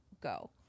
go